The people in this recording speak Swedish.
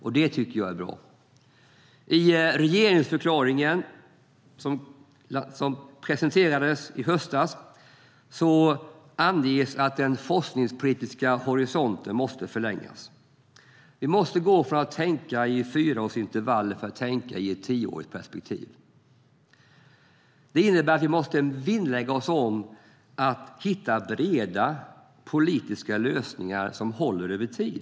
I den regeringsförklaring som presenterades i höstas anges att den forskningspolitiska horisonten måste förlängas. Vi måste gå från att tänka i fyraårsintervaller till att tänka i ett tioårigt perspektiv. Det innebär att vi måste vinnlägga oss om att hitta breda politiska lösningar som håller över tid.